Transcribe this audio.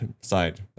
side